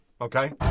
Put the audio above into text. okay